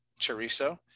chorizo